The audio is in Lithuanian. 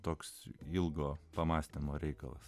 toks ilgo pamąstymo reikalas